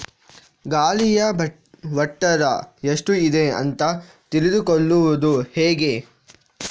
ಗಾಳಿಯ ಒತ್ತಡ ಎಷ್ಟು ಇದೆ ಅಂತ ತಿಳಿದುಕೊಳ್ಳುವುದು ಹೇಗೆ?